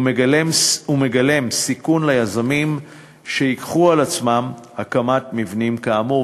הוא מגלם סיכון ליזמים שייקחו על עצמם הקמת מבנים כאמור,